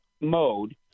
mode